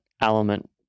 element